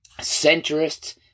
centrists